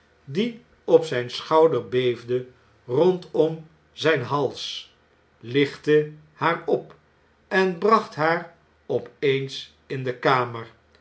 die op zp schouder beefde rondom zp hals lichtte haar op en bracht haar op eens in de kamer